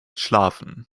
schlafen